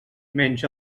menys